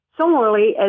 Similarly